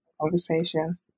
conversation